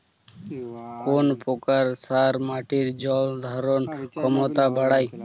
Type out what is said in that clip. কোন প্রকার সার মাটির জল ধারণ ক্ষমতা বাড়ায়?